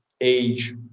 age